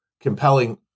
compelling